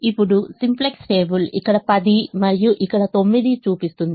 ఇప్పుడు simplex table ఇక్కడ 10 మరియు ఇక్కడ 9 చూపిస్తుంది